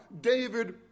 David